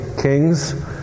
kings